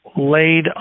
laid